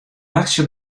wachtsje